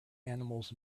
animals